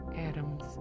Adams